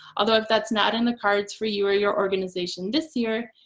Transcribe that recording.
although if that's not in the cards for you or your organization this year,